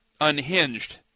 unhinged